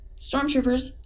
stormtroopers